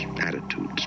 attitudes